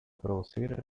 producir